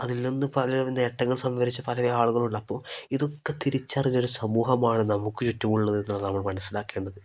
അതിൽ നിന്ന് പലരും നേട്ടങ്ങൾ സംഭരിച്ച് പല ആളുകളുള്ളപ്പോൾ ഇതൊക്കെ തിരിച്ചറിഞ്ഞൊരു സമൂഹമാണ് നമുക്ക് ചുറ്റുമുള്ളത് എന്നാണ് നമ്മൾ മനസ്സിലാക്കേണ്ടത്